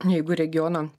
jeigu regiono